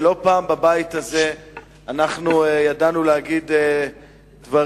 לא פעם בבית הזה אנחנו ידענו להגיד דברים,